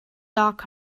dark